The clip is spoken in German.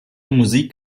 musik